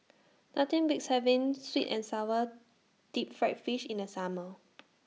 Nothing Beats having Sweet and Sour Deep Fried Fish in The Summer